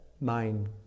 mind